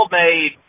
made